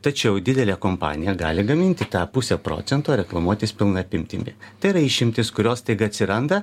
tačiau didelė kompanija gali gaminti tą pusę procento reklamuotis pilna apimtimi tai yra išimtys kurios staiga atsiranda